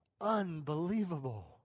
Unbelievable